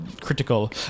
critical